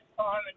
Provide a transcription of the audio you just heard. time